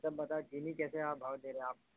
سر مطلب چینی کیسے آپ بھاؤ دے رہے آپ